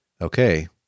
Okay